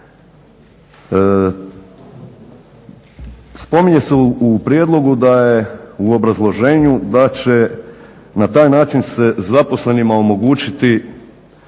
Spominje se u prijedlogu da je, u obrazloženju da će na taj način se zapolenima omogućiti